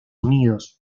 unidos